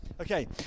Okay